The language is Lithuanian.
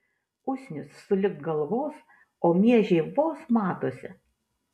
usnys sulig galvos o miežiai vos matosi